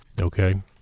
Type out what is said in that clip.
Okay